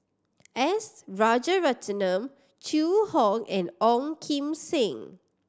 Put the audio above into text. S Rajaratnam Zhu Hong and Ong Kim Seng